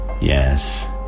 Yes